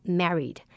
married